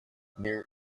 near